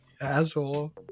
Asshole